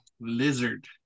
Lizard